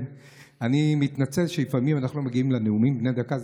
אני מתנצל על שלפעמים אנחנו לא מגיעים לנאומים בני דקה,